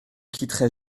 quitterai